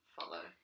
follow